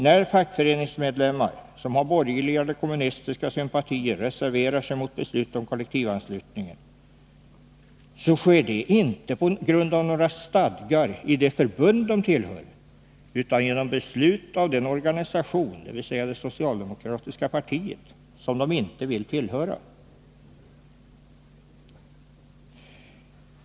När fackföreningsmedlemmar som har borgerliga eller kommunistiska sympatier reserverar sig mot beslut om kollektivanslutning, sker detta inte på grund av stadgar i det förbund de tillhör utan genom beslut av den organisation, dvs. det socialdemokratiska partiet, som de inte vill tillhöra.